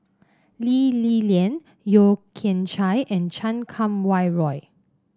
Lee Li Lian Yeo Kian Chai and Chan Kum Wah Roy